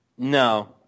No